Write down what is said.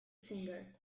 singer